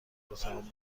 اتاقم